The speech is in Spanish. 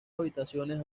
habitaciones